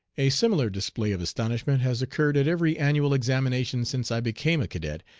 a similar display of astonishment has occurred at every annual examination since i became a cadet,